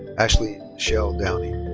ashley michelle downey.